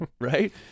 right